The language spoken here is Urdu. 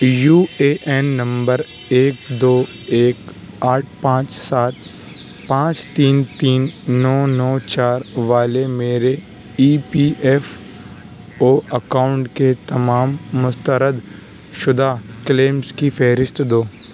یو اے این نمبر ایک دو ایک آٹھ پانچ سات پانچ تین تین نو نو چار والے میرے E P F O account کے تمام مستردشدہ کلیمز کی فہرست دو